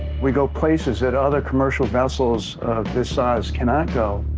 we go places that other commercial vessels of this size cannot go.